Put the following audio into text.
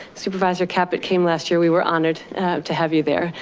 supervisor caput came last year, we were honored to have you there.